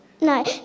no